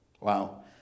Wow